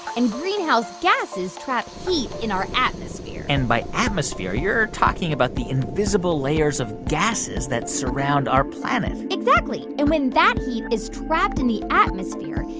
and greenhouse gases trap heat in our atmosphere and by atmosphere, you're talking about the invisible layers of gasses that surround our planet exactly. and when that heat is trapped in the atmosphere,